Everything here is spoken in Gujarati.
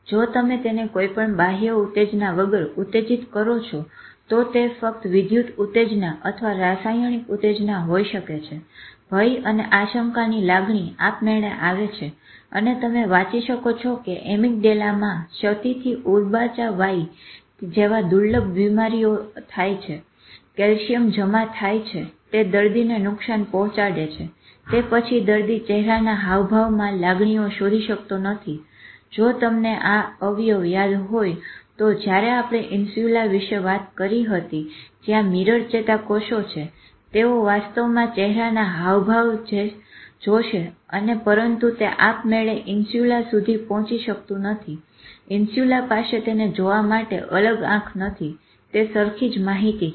જો તમે તેને કોઇપણ બાહ્ય ઉતેજના વગર ઉતેજીત કરો છો તો તે ફક્ત વિધુત ઉતેજના અથવા રાસાયણિક ઉતેજના હોઈ શકે છે ભય અને આશંકાની લાગણી આપમેળે આવે છે અને તમે વાંચી શકો છો કે એમીગડાલામાં ક્ષતીથી ઉર્બાચાં -વાઈથ જેવા દુર્લભ બીમારીઓ થાય છે કેલ્સીઅમ જમા થાય છે તે દર્દીને નુકશાન પહોચાડે છે તે પછી દર્દી ચેહરાના હાવભાવમાં લાગણીઓ શોધી શકતો નથી જો તમને આ અવ્યવ યાદ હોય તો જયારે આપણે ઇન્સ્યુલા વિષે વાત કરી હતી જ્યાં મીરર ચેતાકોષો છે તેઓ વાસ્તવમાં ચેહરાના હાવભાવ જોશે અને પરંતુ તે આપમેળે ઇન્સ્યુલા સુધી પોચી શકતું નથી ઇન્સ્યુલા પાસે તેને જોવા માટે અલગ આંખ નથી તે સરખી જ માહિતી છે